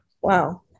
Wow